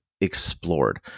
explored